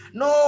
no